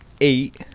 eight